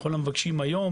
לכל המבקשים היום,